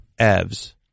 evs